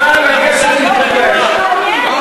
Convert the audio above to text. נא לגשת למקומך.